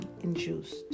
induced